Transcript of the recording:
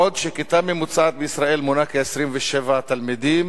בעוד שכיתה ממוצעת בישראל מונה כ-27 תלמידים,